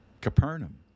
Capernaum